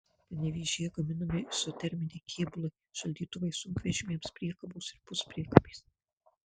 panevėžyje gaminami izoterminiai kėbulai šaldytuvai sunkvežimiams priekabos ir puspriekabės